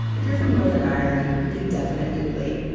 if you're from northern ireland, you can definitely relate.